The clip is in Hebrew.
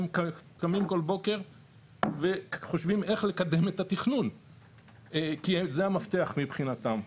הם קמים כל בוקר והם חושבים איך לקדם את התכנון כי זה המפתח מבחינתם,